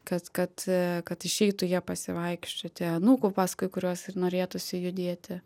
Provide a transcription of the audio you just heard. kad kad kad išeitų jie pasivaikščioti anūkų paskui kuriuos ir norėtųsi judėti